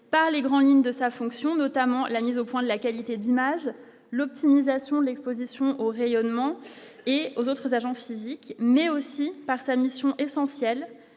par les grandes lignes de sa fonction, notamment, la mise au point de la qualité d'image, l'optimisation, l'Exposition au rayonnement et aux autres agents physiques, mais aussi par sa mission essentielle,